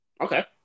Okay